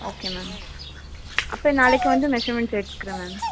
okay ma'am அப்போ நாளைக்கு வந்து மெஷர்மண்ட்ஸ் எடுத்துக்கிறேன் மேம்